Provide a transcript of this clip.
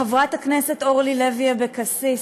חברת הכנסת אורלי לוי אבקסיס,